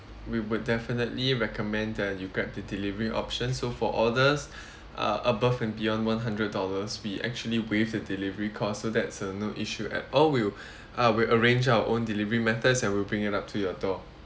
we would definitely recommend that you grab the delivery option so for orders uh above and beyond one hundred dollars we actually waive the delivery cost so that's uh no issue at all we'll uh we'll arrange our own delivery methods and we'll bring it up to your door